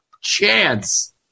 chance